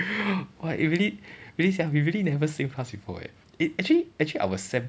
!wah! eh really really sia we really never same class before eh actually actually our sem